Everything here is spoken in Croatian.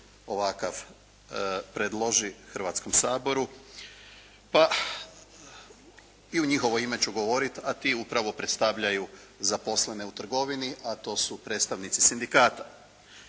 ovakav predloži Hrvatskom saboru, pa i u njihovo ime ću govoriti, a ti upravo predstavljaju zaposlene u trgovini, a to su predstavnici sindikata.